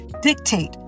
dictate